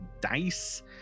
dice